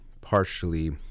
partially